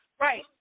Right